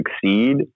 succeed